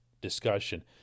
discussion